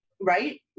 right